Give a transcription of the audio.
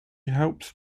helped